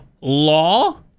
law